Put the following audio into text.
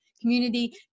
community